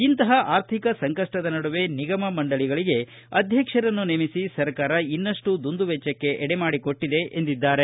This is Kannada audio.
ಇಂತಹ ಅರ್ಥಿಕ ಸಂಕಷ್ಟದ ನಡುವೆ ನಿಗಮ ಮಂಡಳಗಳಿಗೆ ಅಧ್ಯಕ್ಷರನ್ನು ನೇಮಿಸಿ ಸರ್ಕಾರ ಇನ್ನಷ್ಟು ದುಂದುವೆಚ್ಚಕ್ಕೆ ಎಡೆಮಾಡಿಕೊಟ್ಟಿದೆ ಎಂದಿದ್ದಾರೆ